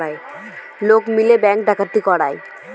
লোক মিলে ব্যাঙ্ক ডাকাতি করায়